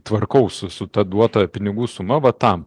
tvarkaus su ta duota pinigų suma va tam